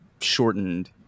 shortened